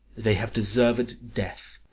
they have deserved death.